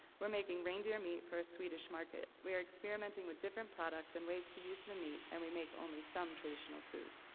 we're making reindeer meat for a swedish market. we are experimenting with different products and ways to use the meat, and we make only some traditional food.